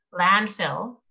landfill